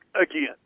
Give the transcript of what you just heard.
again